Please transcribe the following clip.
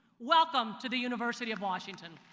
welcome to the university of washington!